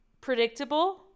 predictable